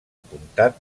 apuntat